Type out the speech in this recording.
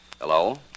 Hello